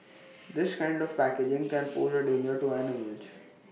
this kind of packaging can pose A danger to animals